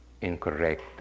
incorrect